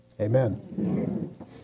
amen